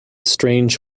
strange